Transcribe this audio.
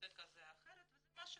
לנושא כזה או אחר, וזה מה שכתוב.